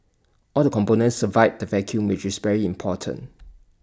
all the components survived the vacuum which is very important